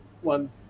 one